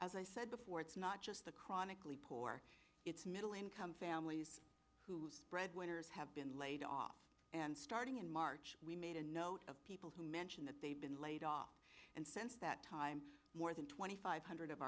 as i said before it's not just the chronically poor it's middle income families whose breadwinners have been laid off and starting in march we made a note of people who mention that they've been laid off and since that time more than twenty five hundred of